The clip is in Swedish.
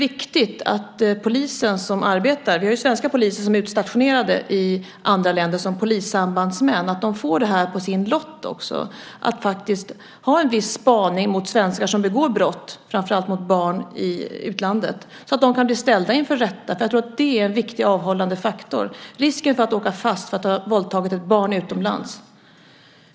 Vi har svenska poliser som är utstationerade i andra länder som polissambandsmän, och jag tror att det är viktigt att de får på sin lott också att ha en viss spaning på svenskar som begår brott framför allt mot barn i utlandet, så att de kan bli ställda inför rätta. Jag tror att risken för att åka fast för att ha våldtagit ett barn utomlands är en viktig avhållande faktor.